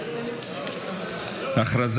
הודעת